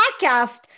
podcast